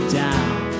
down